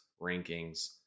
rankings